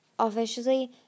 officially